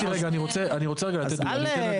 אני רוצה, רגע, אני רוצה רגע לתת דוגמא.